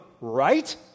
right